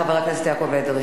חבר הכנסת יעקב אדרי.